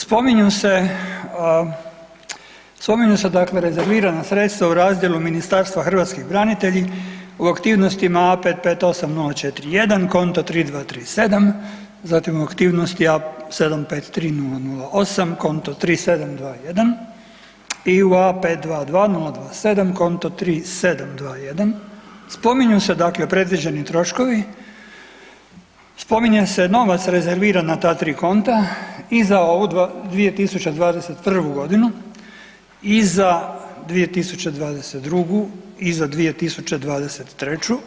Spominju se, spominju se dakle rezervirana sredstva u razdjelu Ministarstva hrvatski branitelji o aktivnostima A558041 konta 3237, zatim o aktivnosti A753008 konto 3721 i u A522027 konto 3721 spominju se dakle predviđeni troškovi, spominje se novac rezerviran na ta tri konta i za ovu 2021.g. i za 2022. i za 2023.